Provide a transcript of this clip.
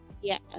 Yes